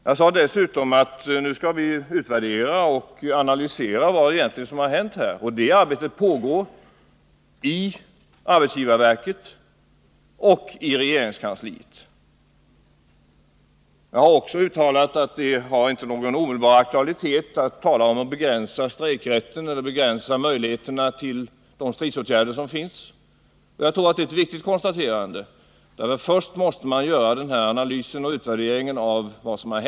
Jag sade dessutom att vi skulle utvärdera och analysera vad som egentligen skett. Det arbetet pågår inom arbetsgivarverket liksom inom regeringskansliet. Jag har också uttalat att en diskussion om att begränsa strejkrätten eller möjligheterna att vidta stridsåtgärder inte har någon omedelbar aktualitet. Jag tror detta är ett viktigt konstaterande, eftersom man nu i första hand måste göra en analys och en utvärdering av det som skett.